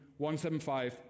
175